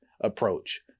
approach